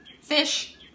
Fish